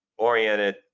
oriented